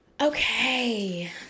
Okay